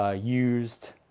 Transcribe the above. ah used,